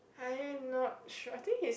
I am not sure I think he's